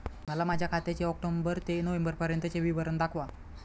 मला माझ्या खात्याचे ऑक्टोबर ते नोव्हेंबर पर्यंतचे विवरण दाखवा